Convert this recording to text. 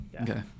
Okay